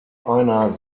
einer